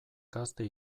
gazte